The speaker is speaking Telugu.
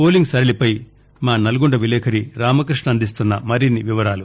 పోలింగ్ సరళిపై మా నల్గొండ విలేకరి రామకృష్ణ అందిస్తున్న మరిన్ని వివరాలు